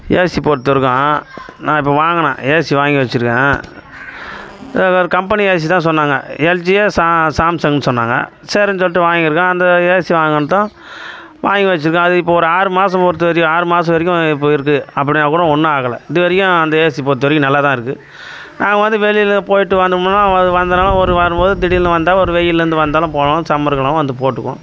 AC பொருத்துருக்கோம் நான் இப்போ வாங்கினேன் ஏசி வாங்கி வச்சிருக்கேன் வெ வேறு கம்பெனி ஏசி தான் சொன்னாங்க எல்ஜியோ சா சாம்சங்ன்னு சொன்னாங்க சேரின் சொல்லிட்டு வாங்கிருக்கேன் அந்த ஏசி வாங்கினதும் வாங்கி வச்சிருக்கேன் அது இப்போ ஒரு ஆறு மாதம் பொருத்தவரவும் ஆறு மாதம் வரைக்கும் போயிருக்கு அப்படின்னா கூட ஒன்றும் ஆகலை இது வரைக்கும் அந்த ஏசி பொறுத்த வரைக்கும் நல்லா தான் இருக்கு நாங்கள் வந்து வெளியில போயிட்டு வந்தம்னா வ வந்தனா ஒரு வரும் போது திடீர்ன்னு வந்தால் ஒரு வெயில்லருந்து வந்தாலும் போனாலும் சம்மர்க்கு எல்லாம் வந்து போட்டுக்குவோம்